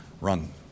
run